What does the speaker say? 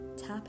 Tap